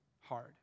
hard